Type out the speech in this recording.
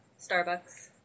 Starbucks